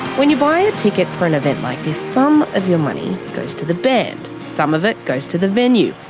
when you buy a ticket for an event like this, some of your money goes to the band, some of it goes to the venue,